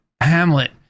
Hamlet